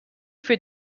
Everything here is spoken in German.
für